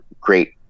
great